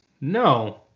No